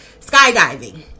skydiving